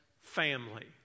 family